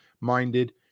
minded